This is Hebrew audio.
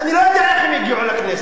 שאני לא יודע איך הם הגיעו לכנסת,